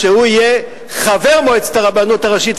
שהוא יהיה חבר מועצת הרבנות הראשית,